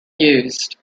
used